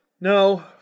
No